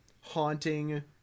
haunting